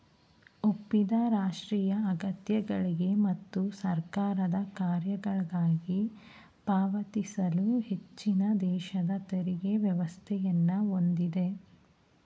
ಒಪ್ಪಿದ ರಾಷ್ಟ್ರೀಯ ಅಗತ್ಯಗಳ್ಗೆ ಮತ್ತು ಸರ್ಕಾರದ ಕಾರ್ಯಗಳ್ಗಾಗಿ ಪಾವತಿಸಲು ಹೆಚ್ಚಿನದೇಶದ ತೆರಿಗೆ ವ್ಯವಸ್ಥೆಯನ್ನ ಹೊಂದಿದೆ